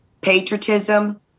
patriotism